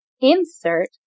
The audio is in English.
Insert